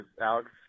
Alex